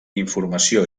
informació